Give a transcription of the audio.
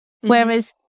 whereas